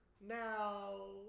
now